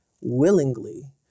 willingly